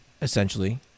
essentially